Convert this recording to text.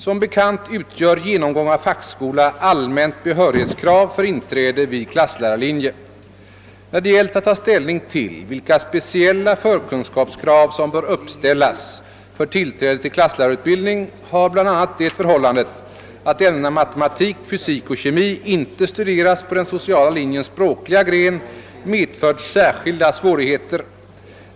Som bekant utgör genomgång av fackskola allmänt behörighetskrav för inträde vid klasslärarlinje. När det gällt att ta ställning till vilka speciella förkunskapskrav, som bör uppställas för tillträde till klasslärarutbildning, har bl.a. det förhållandet att ämnena matematik, fysik och kemi inte studeras på den sociala linjens språkliga gren medfört särskilda svårigheter.